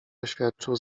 oświadczył